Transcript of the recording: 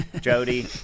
Jody